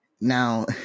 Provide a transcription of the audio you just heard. now